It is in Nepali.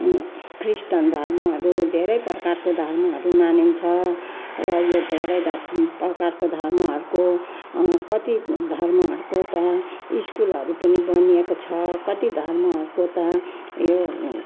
ख्रिस्टान धर्महरू धेरै प्रकारको धर्महरू मानिन्छ र यो धेरै प्रकारको धर्महरूको कति धर्महरूको त स्कुलहरू पनि बनिएको छ कति धर्महरूको त यो